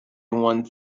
one